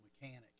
mechanic